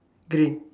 green